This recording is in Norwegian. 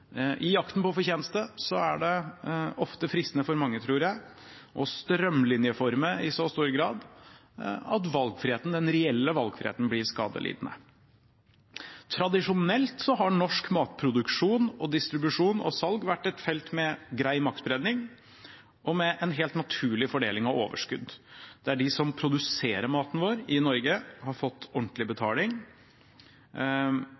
I jakten på fortjeneste tror jeg det ofte er fristende for mange å strømlinjeforme i så stor grad at valgfriheten, den reelle valgfriheten, blir skadelidende. Tradisjonelt har norsk matproduksjon, distribusjon og salg vært et felt med grei maktspredning og med en helt naturlig fordeling av overskudd, der de som produserer maten vår i Norge, har fått ordentlig betaling,